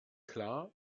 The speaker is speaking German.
klar